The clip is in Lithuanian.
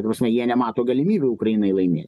ta prasme jie nemato galimybių ukrainai laimėt